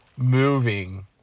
moving